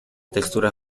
textura